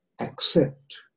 accept